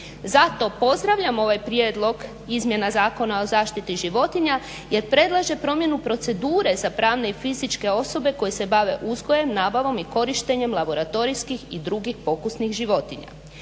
Zato pozdravljam ovaj prijedlog izmjena Zakona o zaštiti životinja, jer predlaže promjenu procedure za pravne i fizičke osobe koje se bave uzgojem, nabavom i korištenjem laboratorijskih i drugih pokusnih životinja.